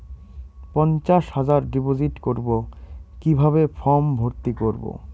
পঞ্চাশ হাজার ডিপোজিট করবো কিভাবে ফর্ম ভর্তি করবো?